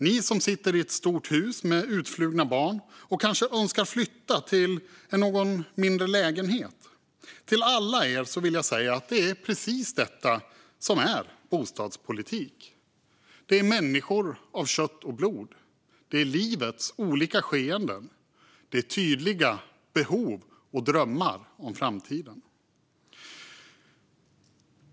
Ni som sitter i ett stort hus med utflugna barn och kanske önskar flytta till en mindre lägenhet. Till alla er vill jag säga att det är precis detta som är bostadspolitik. Det är människor av kött och blod. Det är livets olika skeden. Det är tydliga behov och drömmar om framtiden.